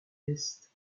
est